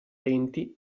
denti